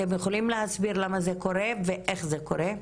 אתם יכולים להסביר למה זה קורה ואיך זה קורה?